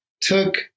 took